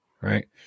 right